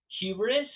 hubris